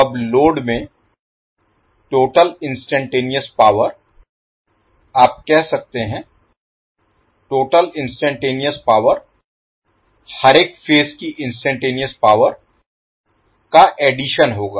अब लोड में total instantaneous power आप कह सकते हैं टोटल इन्स्टान्टेनेयस पावर हरेक फेज की इन्स्टान्टेनेयस पावर का एडिशन होगा